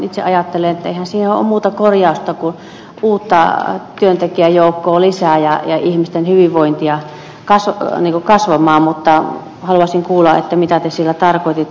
itse ajattelen että eihän siihen ole muuta korjausta kuin uutta työntekijäjoukkoa lisää ja ihmisten hyvinvointia kasvamaan mutta haluaisin kuulla mitä te sillä tarkoititte